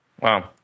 Wow